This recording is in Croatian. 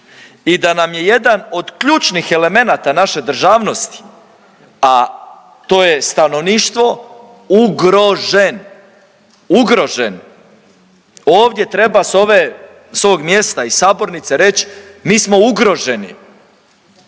i da nam je jedan od ključnih elemenata naše državnosti, a to je stanovništvo ugrožen. Ugrožen. Ovdje treba s ovog mjesta iz sabornice reć mi smo ugroženi.